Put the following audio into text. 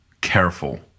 careful